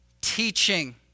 teaching